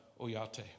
oyate